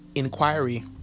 inquiry